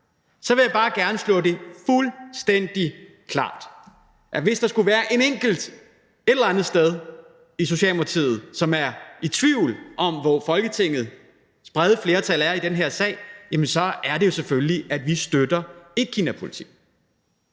ej, vil jeg bare gerne slå fuldstændig fast, hvis der skulle være en enkelt et eller andet sted i Socialdemokratiet, som er i tvivl om, hvor Folketingets brede flertal er i den her sag, så er det jo selvfølgelig, at vi støtter etkinapolitikken,